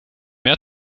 mehr